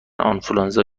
آنفولانزا